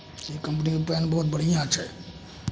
ई कम्पनीके पेन बहुत बढ़िआँ छै